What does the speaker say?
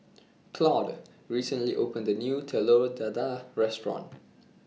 Claude recently opened A New Telur Dadah Restaurant